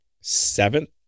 seventh